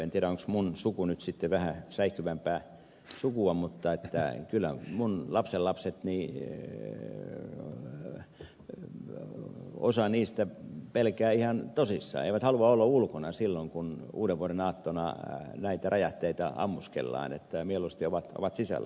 en tiedä onko minun sukuni nyt sitten vähän säikkyvämpää sukua mutta kyllä osa minun lapsenlapsistani pelkää ihan tosissaan eivät halua olla ulkona silloin kun uudenvuodenaattona näitä räjähteitä ammuskellaan mieluusti ovat sisällä